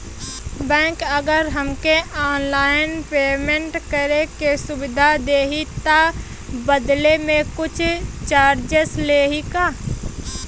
Bank अगर हमके online payment करे के सुविधा देही त बदले में कुछ चार्जेस लेही का?